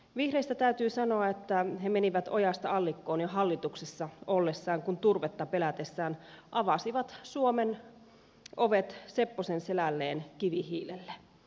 vihreistä täytyy sanoa että he menivät ojasta allikkoon jo hallituksessa ollessaan kun turvetta pelätessään avasivat suomen ovet sepposen selälleen kivihiilelle